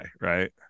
right